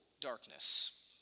darkness